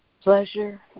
Pleasure